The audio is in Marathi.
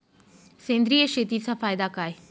सेंद्रिय शेतीचा फायदा काय?